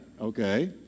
Okay